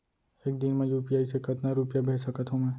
एक दिन म यू.पी.आई से कतना रुपिया भेज सकत हो मैं?